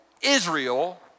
Israel